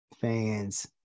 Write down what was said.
fans